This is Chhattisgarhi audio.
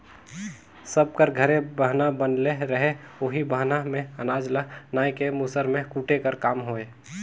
सब कर घरे बहना बनले रहें ओही बहना मे अनाज ल नाए के मूसर मे कूटे कर काम होए